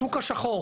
שוק השחור